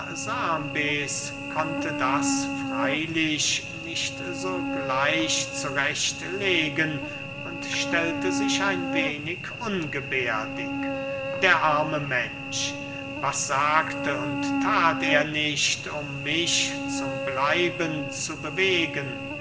konnte das freylich nicht sogleich zurecht legen und stellte sich ein wenig ungeberdig der arme mensch was sagte und that er nicht um mich zum bleiben zu bewegen